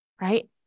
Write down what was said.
right